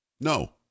No